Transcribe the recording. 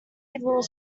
little